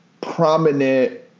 prominent